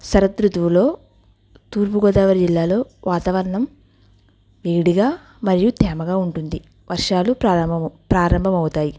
శరత్ ఋతువులో తూర్పు గోదావరి జిల్లాలో వాతావరణం వేడిగా మరియు తేమగా ఉంటుంది వర్షాలు ప్రారంభం ప్రారంభం అవుతాయి